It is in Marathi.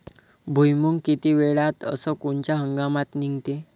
भुईमुंग किती वेळात अस कोनच्या हंगामात निगते?